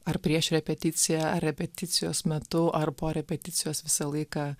ar prieš repeticiją ar repeticijos metu ar po repeticijos visą laiką